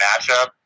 matchup